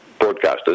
broadcasters